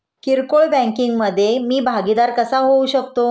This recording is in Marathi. किरकोळ बँकिंग मधे मी भागीदार कसा होऊ शकतो?